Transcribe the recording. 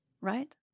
right